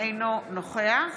אינו נוכח